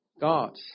God